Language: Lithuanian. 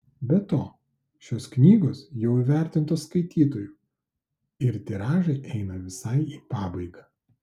be to šios knygos jau įvertintos skaitytojų ir tiražai eina visai į pabaigą